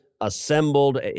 assembled